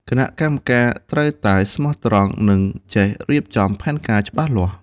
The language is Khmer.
គណៈកម្មការត្រូវតែស្មោះត្រង់និងចេះរៀបចំផែនការច្បាស់លាស់។